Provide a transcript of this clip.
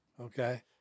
okay